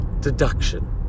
deduction